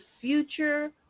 future